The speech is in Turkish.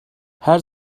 her